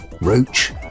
roach